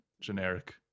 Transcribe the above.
generic